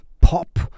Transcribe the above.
pop